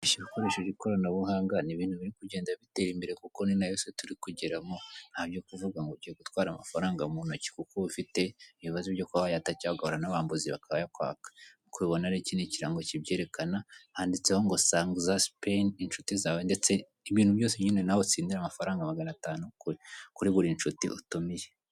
Kwishyura ukoresheje ikoranabuhanga ni ibintu biri kugenda bitera imbere kuko ni nayo si turi kugeramo, ntabyo kuvuga ngo ugiye gutwara amafaranga mu ntoki kuko uba ufite ibibazo byo kuba wayata cyangwa ugahura nabambuzi bakayakwaka, nkuko ubibona rero iki ni kirango kibyerekana handitseho ngo sanguza sipine n'inshuti zawe, ndetse ibintu byose nyine nawe utsindira amafaranga magana atanu kuri buri nshuti utumiye.